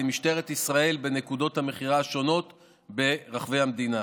משטרת ישראל בנקודות המכירה השונות ברחבי המדינה.